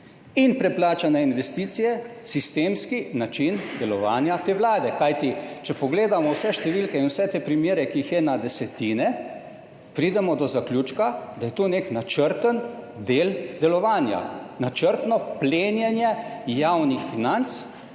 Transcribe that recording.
in preplačane investicije sistemski način delovanja te vlade. Kajti če pogledamo vse številke in vse te primere, ki jih je na desetine, pridemo do zaključka, da je to nek načrten del delovanja, načrtno plenjenje javnih financ,